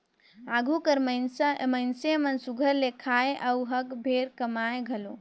आघु कर मइनसे मन सुग्घर ले खाएं अउ हक भेर कमाएं घलो